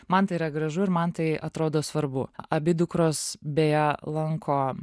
man tai yra gražu ir man tai atrodo svarbu abi dukros beje lanko